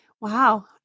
wow